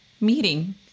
meeting